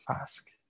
ask